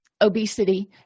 obesity